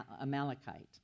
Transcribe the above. Amalekite